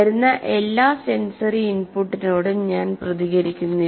വരുന്ന എല്ലാ സെൻസറി ഇൻപുട്ടിനോടും ഞാൻ പ്രതികരിക്കുന്നില്ല